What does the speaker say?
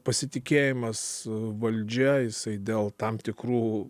pasitikėjimas valdžia jisai dėl tam tikrų